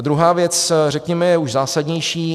Druhá věc, řekněme, je už zásadnější.